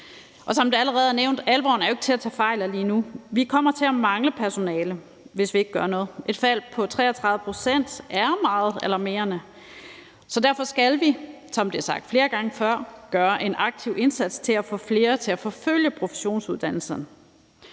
som det allerede er nævnt: Alvoren er jo ikke til at tage fejl af lige nu. Vi kommer til at mangle personale, hvis vi ikke gør noget. Et fald på 33 pct. er meget alarmerende. Så derfor skal vi, som det er sagt flere gange før, gøre en aktiv indsats for at få flere til at forfølge professionsuddannelserne.